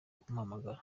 kumpamagara